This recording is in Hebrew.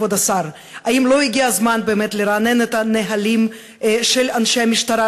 כבוד השר: האם לא הגיע הזמן באמת לרענן את הנהלים של אנשי המשטרה,